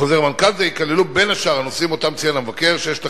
בחוזר מנכ"ל זה ייכללו בין השאר הנושאים שאותם ציין המבקר שיש לחדד,